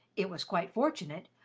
it was quite fortunate,